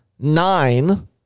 nine